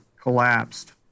collapsed